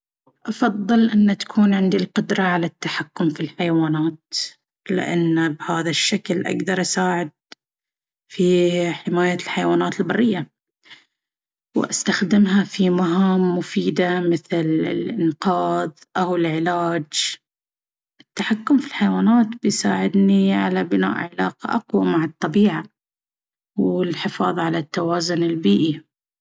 أفضل أن تكون عندي القدرة على التحكم في الحيوانات. لأن بهذا الشكل، أقدر أساعد في حماية الحيوانات البرية، وأستخدمها في مهام مفيدة مثل الإنقاذ أو العلاج. التحكم في الحيوانات بيساعدني على بناء علاقة أقوى مع الطبيعة والحفاظ على التوازن البيئي.